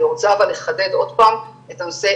אבל אני רוצה לחדד עוד פעם את הנושא,